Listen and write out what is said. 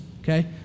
okay